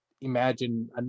imagine